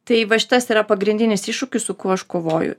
tai va šitas yra pagrindinis iššūkis su kuo aš kovoju